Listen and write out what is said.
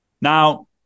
Now